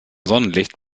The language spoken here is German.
sonnenlicht